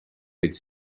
its